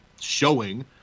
showing